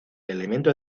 elemento